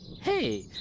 Hey